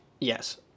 Yes